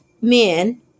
men